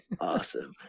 Awesome